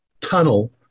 tunnel